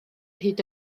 hyd